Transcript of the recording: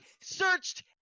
searched